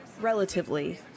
relatively